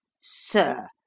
Sir